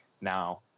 Now